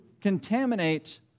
contaminate